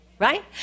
right